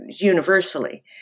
universally